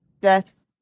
death